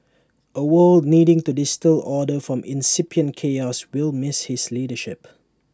A world needing to distil order from incipient chaos will miss his leadership